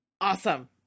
Awesome